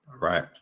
right